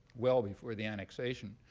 well before the annexation,